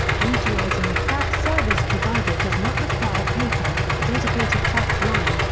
utilizing a fax service provider does not require paper, a dedicated fax line,